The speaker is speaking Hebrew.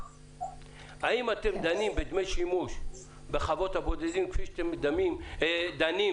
האם אתם דנים בדמי שימוש בחוות הבודדים כפי שאתם דנים